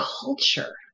culture